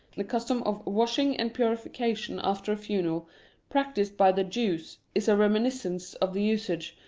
the custom of washing and purification after a funeral practised by the jews is a remin iscence of the usage,